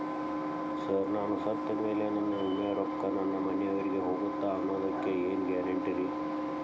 Sir ನಾನು ಸತ್ತಮೇಲೆ ನನ್ನ ವಿಮೆ ರೊಕ್ಕಾ ನನ್ನ ಮನೆಯವರಿಗಿ ಹೋಗುತ್ತಾ ಅನ್ನೊದಕ್ಕೆ ಏನ್ ಗ್ಯಾರಂಟಿ ರೇ?